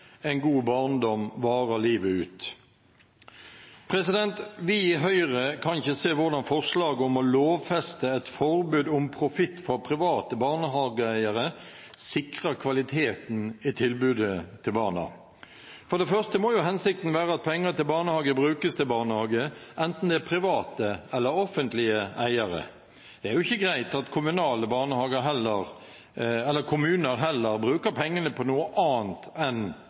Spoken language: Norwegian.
En god barndom varer livet ut. Vi i Høyre kan ikke se hvordan forslaget om å lovfeste et forbud mot profitt fra private barnehageeiere sikrer kvaliteten i tilbudet til barna: For det første må hensikten være at penger til barnehage brukes til barnehage, enten det er private eller offentlige eiere. Det er heller ikke greit at kommuner bruker pengene på noe annet enn